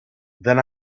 then